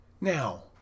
Now